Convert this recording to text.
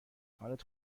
حالت